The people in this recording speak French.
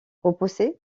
repoussé